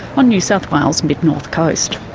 on new south wale's mid north coast.